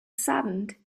saddened